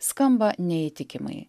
skamba neįtikimai